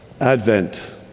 Advent